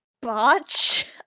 botch